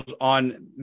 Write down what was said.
on